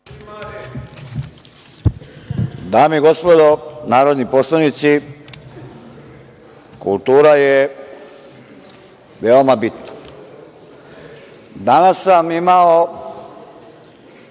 Dame i gospodo narodni poslanici, kultura je veoma bitna. Danas sam imao